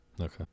okay